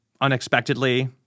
unexpectedly